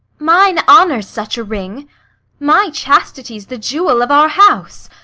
mine honour's such a ring my chastity's the jewel of our house,